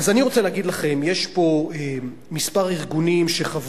אז אני רוצה להגיד לכם: יש פה כמה ארגונים שחברו